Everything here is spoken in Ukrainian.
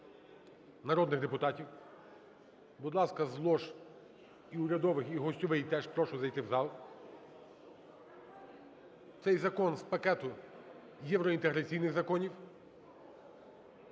народних депутатів. Будь ласка, з лож і урядових, і гостьової теж прошу зайти в зал. Цей закон з пакету євроінтеграційних законів.